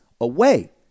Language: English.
away